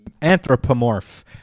anthropomorph